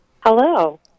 Hello